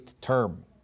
term